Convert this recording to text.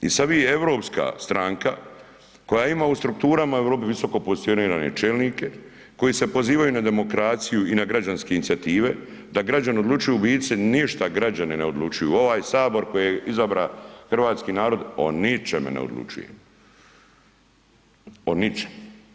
I sada vi Europska stranka koja ima u strukturama u Europi visokopozicionirane čelnike koji se pozivaju na demokraciju i na građanske inicijative da građani odlučuju, u biti se ništa građani ne odlučuju, ovaj Sabor koji je izabrao hrvatski narod o ničemu ne odlučuje, o ničemu.